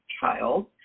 child